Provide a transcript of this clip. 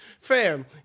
Fam